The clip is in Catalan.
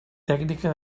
tècnica